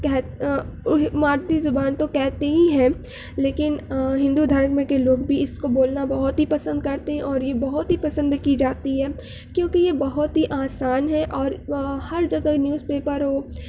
کہہ ماردی زبان تو کہتے ہی ہیں لیکن ہندو دھرم کے لوگ بھی اس کو بولنا بہت ہی پسند کرتے ہیں اور یہ بہت ہی پسند کی جاتی ہے کیونکہ یہ بہت ہی آسان ہے اور ہر جگہ نیوز پیپر ہو